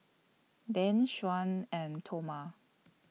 Dan Shyann and Toma